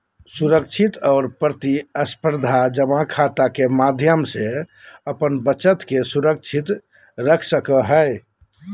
सुरक्षित और प्रतिस्परधा जमा खाता के माध्यम से अपन बचत के सुरक्षित रख सको हइ